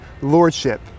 lordship